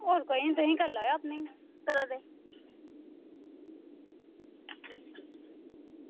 होर कोई करी लैयो अपने घरै दे